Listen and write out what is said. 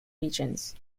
regions